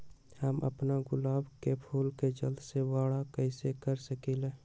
हम अपना गुलाब के फूल के जल्दी से बारा कईसे कर सकिंले?